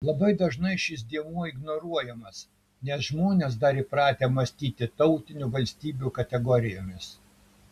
labai dažnai šis dėmuo ignoruojamas nes žmonės dar įpratę mąstyti tautinių valstybių kategorijomis